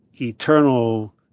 eternal